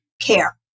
care